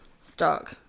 stock